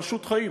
פשוט חיים,